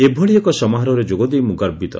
ଏଭଳି ଏକ ସମାରୋହରେ ଯୋଗ ଦେଇ ମୁଁ ଗର୍ବିତ